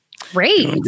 Great